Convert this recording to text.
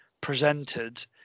presented